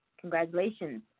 Congratulations